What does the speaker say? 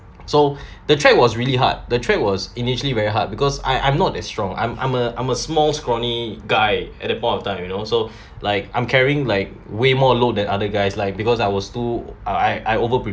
so the track was really hard the track was initially very hard because I I'm not that strong I'm I'm a I'm a small scrawny guy at that point of time you know so like I'm carrying like way more load than other guys like because I was too I I overpre~